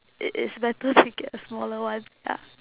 it is better to get a smaller one ya